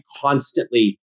constantly